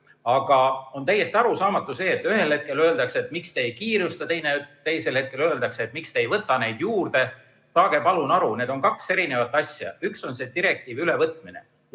Aga on täiesti arusaamatu, kui ühel hetkel öeldakse, et miks te ei kiirusta, ja teisel hetkel öeldakse, et miks te ei võta neid juurde. Saage palun aru, need on kaks erinevat asja. Üks on direktiivi ülevõtmine.